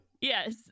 Yes